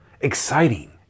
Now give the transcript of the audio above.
exciting